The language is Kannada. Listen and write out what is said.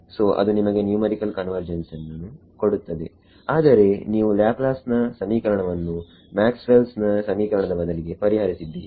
ಸೋ ಅದು ನಿಮಗೆ ನ್ಯುಮರಿಕಲ್ ಕನ್ವರ್ಜೆನ್ಸ್ಅನ್ನು ಕೊಡುತ್ತದೆ ಆದರೆ ನೀವು ಲಾಪ್ಲಾಸ್ ನ ಸಮೀಕರಣವನ್ನು ಮ್ಯಾಕ್ಸ್ವೆಲ್ಸ್ ನ ಸಮೀಕರಣದ ಬದಲಿಗೆ ಪರಿಹರಿಸಿದ್ದೀರಿ